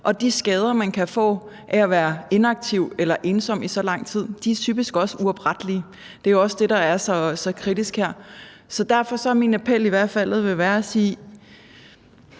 og de skader, man kan få af at være inaktiv eller ensom i så lang tid, er typisk også uoprettelige. Det er også det, der er så kritisk her. Så derfor er min appel, om ministeren ikke